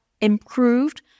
improved